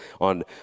on